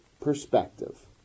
perspective